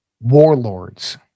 warlords